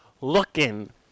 looking